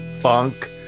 funk